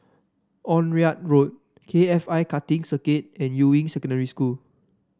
Onraet Road K F I Karting Circuit and Yuying Secondary School